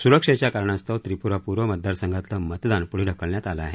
स्रक्षेच्या कारणास्तव त्रिप्रा पूर्व मतदारसंघातलं मतदान प्ढे ढकलण्यात आलं आहे